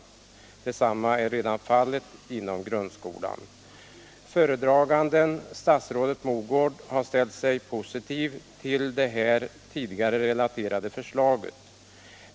Så är redan fallet inom grundskolan. Föredraganden — statsrådet Mogård — har ställt sig positiv till det här relaterade förslaget.